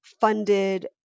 funded